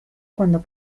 cuando